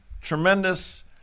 tremendous